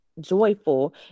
joyful